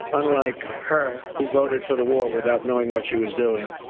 unlike her who voted for the war without knowing what she was doing,